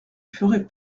ferai